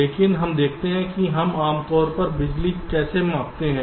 लेकिन हम देखते हैं कि हम आम तौर पर बिजली कैसे मापते हैं